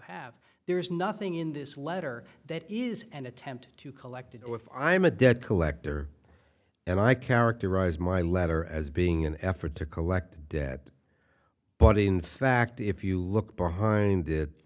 have there's nothing in this letter that is an attempt to collect it or if i'm a debt collector and i characterize my letter as being an effort to collect a debt but in fact if you look behind it